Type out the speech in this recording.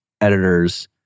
editors